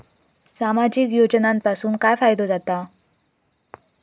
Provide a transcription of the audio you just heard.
सामाजिक योजनांपासून काय फायदो जाता?